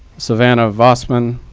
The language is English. savannah vosman,